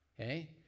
Okay